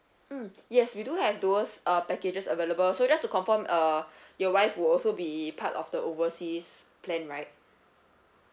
mm yes we do have those uh packages available so just to confirm uh your wife will also be part of the overseas plan right